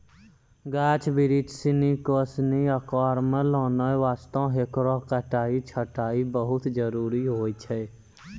गाछ बिरिछ सिनि कॅ सही आकार मॅ लानै वास्तॅ हेकरो कटाई छंटाई बहुत जरूरी होय छै